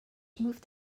moved